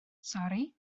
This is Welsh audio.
sori